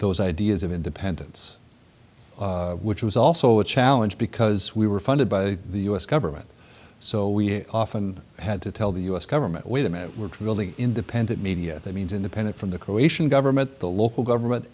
those ideas of independence which was also a challenge because we were funded by the u s government so we often had to tell the u s government wait a minute we're really independent media that means independent from the croatian government the local government